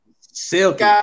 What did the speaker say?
Silky